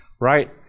right